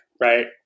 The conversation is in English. right